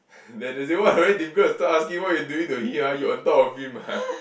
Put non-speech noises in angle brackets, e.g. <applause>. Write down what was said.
<laughs> that that day what very difficult to stop asking why you doing to he ah you on top of him ah